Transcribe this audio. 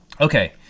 Okay